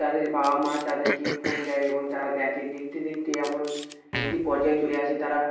তাদের বাবা মা তাদেরকে ফোন দেয় এবং তারা দেখে দেখতে দেখতে এমন একটি পর্যায়ে চলে আসে তারা